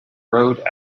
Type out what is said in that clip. rode